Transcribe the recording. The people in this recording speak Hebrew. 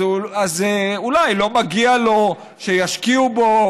אז אולי לא מגיע לו שישקיעו בו,